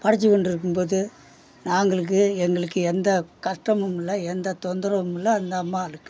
படைத்து கொண்டு இருக்கும்போது நாங்களுக்கு எங்களுக்கு எந்தக் கஷ்டமும் இல்லை எந்தத் தொந்தரவும் இல்லை அந்த அம்பாளுக்கு